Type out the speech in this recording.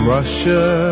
Russia